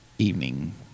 evening